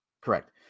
Correct